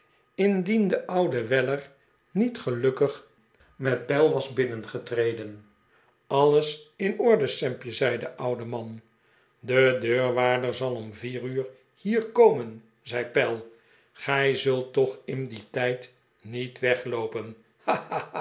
de oude weller niet gelukkig met pell was binnengetreden alles in orde sampje zei de oude man de deurwaarder zal om vier uur hier komen zei pell gij zult toch in dien tijd niet wegloopen